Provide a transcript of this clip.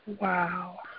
Wow